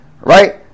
Right